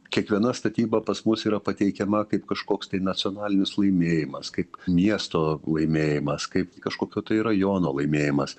kiekviena statyba pas mus yra pateikiama kaip kažkoks tai nacionalinis laimėjimas kaip miesto laimėjimas kaip kažkokio tai rajono laimėjimas